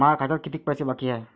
माया खात्यात कितीक पैसे बाकी हाय?